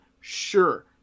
sure